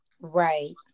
Right